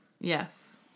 Yes